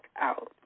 out